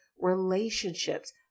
relationships